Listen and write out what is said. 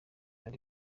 and